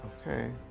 Okay